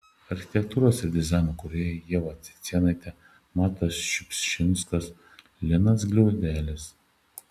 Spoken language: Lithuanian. architektūros ir dizaino kūrėjai ieva cicėnaitė matas šiupšinskas linas gliaudelis